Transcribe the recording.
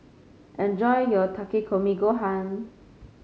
enjoy your Takikomi Gohan